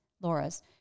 Laura's